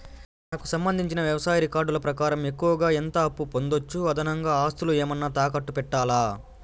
నాకు సంబంధించిన వ్యవసాయ రికార్డులు ప్రకారం ఎక్కువగా ఎంత అప్పు పొందొచ్చు, అదనంగా ఆస్తులు ఏమన్నా తాకట్టు పెట్టాలా?